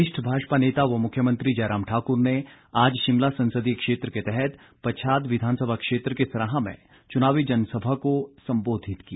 वरिष्ठ भाजपा नेता व मुख्यमंत्री जयराम ठाकुर ने आज शिमला संसदीय क्षेत्र के तहत पच्छाद विधानसभा क्षेत्र के सराहां में चुनावी जनसभा को सम्बोधित किया